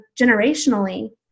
generationally